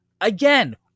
Again